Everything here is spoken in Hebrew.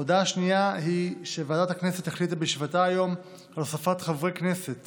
ההודעה השנייה היא שוועדת הכנסת החליטה בישיבתה היום על הוספת חברי כנסת